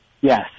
Yes